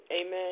Amen